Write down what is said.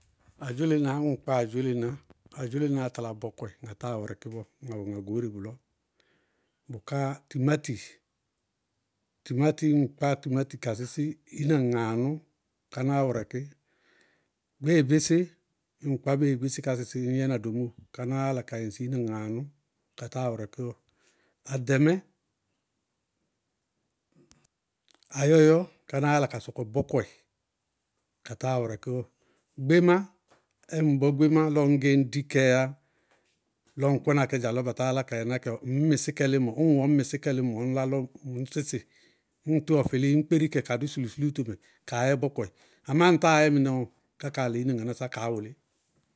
Adzólená ñŋ kpá adzólená, adzólenáá talá bɔkɔɩ ŋá táa wɛrɛkɩ bɔɔ, ŋá wɛ ŋá goóre bʋlɔ. Bʋká timáti, timáti ñŋ kpá timáti ka sɩsɩ, ina ŋaanʋ, kánáá wɛrɛkɩ. Béebésé ñŋ kpá béebésé ka sɩsɩ ŋñ yɛná domóo, kánáá yála kayɛ ŋsɩ ina katáa wɛrɛkɩ bɔɔ, adɛmɛ, áyɔyɔ, kánáá yála ka sɔkɔ bɔkɔɩ ka táa wɛrɛkɩ bɔɔ. Gbémá, ñŋ bɔ gbémá lɔ ŋñ gɛ ñdikɛɛyá lɔ ŋ kɔna kɛ dza lɔ batá yálá ka yɛkɛ bɔɔ ñ ŋñ mɩsɩ kɛ lɩmɔ ñ ŋwɛ ŋñ mɩsɩ kɛ lɩmɔ ŋñ lá lɔ ŋ sɩsɩ, ñŋ tɩwɔ fɩlɩɩ ññ kpéri kɛ ka dʋ sulusúlútomɛ, kaá yɛ bɔkɔɩ. Amá ñŋ táa yɛ mɩnɛ bɔɔ, ká kaa lɩ ina ŋanásá kaá wʋlɩ.